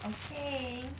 okay